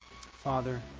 Father